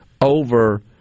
over